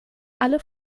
alle